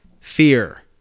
fear